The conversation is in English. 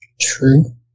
True